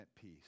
peace